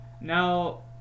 now